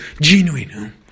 genuine